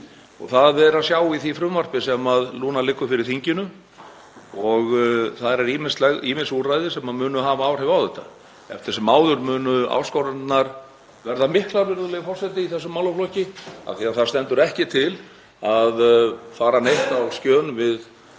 að bregðast við því. Í frumvarpinu sem núna liggur fyrir þinginu eru ýmis úrræði sem munu hafa áhrif á þetta. Eftir sem áður munu áskoranirnar verða miklar, virðulegi forseti, í þessum málaflokki af því að það stendur ekki til að fara neitt á skjön við